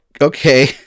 Okay